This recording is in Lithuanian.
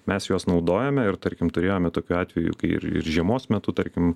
mes juos naudojame ir tarkim turėjome tokių atvejų kai ir ir žiemos metu tarkim